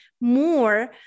more